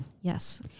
Yes